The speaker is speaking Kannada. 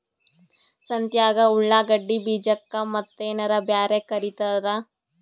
ಸಂತ್ಯಾಗ ಉಳ್ಳಾಗಡ್ಡಿ ಬೀಜಕ್ಕ ಮತ್ತೇನರ ಬ್ಯಾರೆ ಕರಿತಾರ?